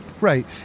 Right